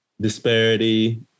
disparity